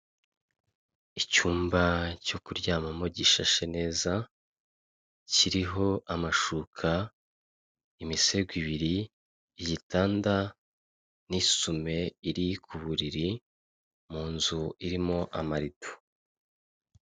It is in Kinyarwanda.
Icyumba cyo kuryamamo gishashe neza, kiriho amashuka, imisego ibiri, igitanda n'isume iri ku buriri mu nzu irimo amarido.